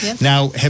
Now